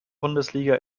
bundesliga